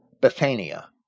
Bethania